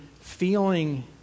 feeling